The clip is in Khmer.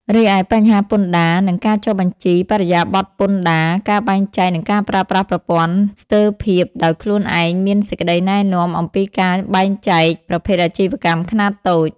រីឯបញ្ហាពន្ធដារ និងការចុះបញ្ជីពន្ធបរិយាបថពន្ធដារការបែងចែកនិងការប្រើប្រាស់ប្រព័ន្ធស្ទើរភាពដោយខ្លួនឯងមានសេចក្ដីណែនាំអំពីការបែងចែកប្រភេទអាជីវកម្មខ្នាតតូច។